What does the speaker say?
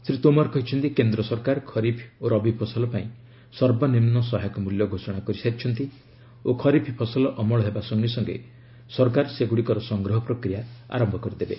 ଶ୍ରୀ ତୋମାର କହିଛନ୍ତି କେନ୍ଦ୍ର ସରକାର ଖରିଫ ଓ ରବି ଫସଲ ପାଇଁ ସର୍ବନିମ୍ବ ସହାୟକ ମୂଲ୍ୟ ଘୋଷଣା କରିସାରିଛନ୍ତି ଓ ଖରିଫ ଫସଲ ଅମଳ ହେବା ସଙ୍ଗେ ସଙ୍ଗେ ସରକାର ସେଗୁଡ଼ିକର ସଂଗ୍ରହ ପ୍ରକ୍ରିୟା ଆରମ୍ଭ କରିଦେବେ